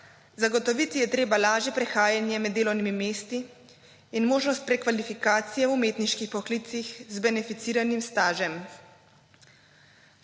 Zagotoviti je treba lažje prehajanje med delovnimi mesti in možnost prekvalifikacije v umetniških poklicih z beneficiranim stažem.